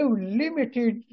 limited